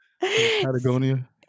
Patagonia